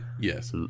Yes